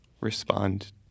respond